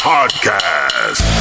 Podcast